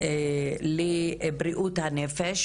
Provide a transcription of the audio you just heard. לבריאות הנפש.